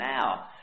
now